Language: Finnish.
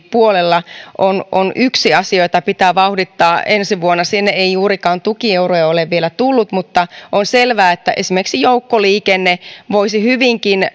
puolella ovat yksi asia jota pitää vauhdittaa ensi vuonna sinne ei juurikaan tukieuroja ole vielä tullut mutta on selvää että esimerkiksi joukkoliikenne voisi hyvinkin